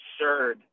absurd